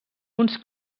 uns